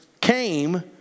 came